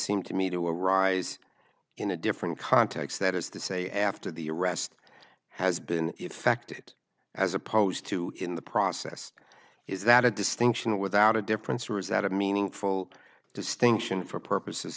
seem to me to arise in a different context that is to say after the arrest has been effected as opposed to in the process is that a distinction without a difference or is that a meaningful distinction for purposes